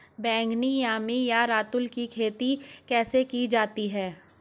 बैगनी यामी या रतालू की खेती कैसे की जाती है?